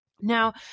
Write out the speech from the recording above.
Now